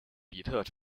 比特